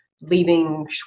leaving